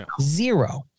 zero